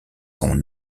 sont